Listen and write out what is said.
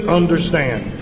understand